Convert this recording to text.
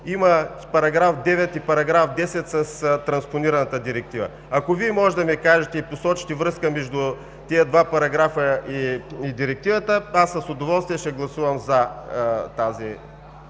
имат § 9 и § 10 с транспонираната Директива? Ако Вие може да ми кажете и посочите връзка между тези два параграфа и Директивата, аз с удоволствие ще гласувам за този